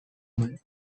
man